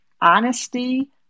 honesty